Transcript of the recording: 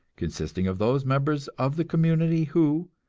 consisting of those members of the community who,